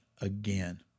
again